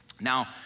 Now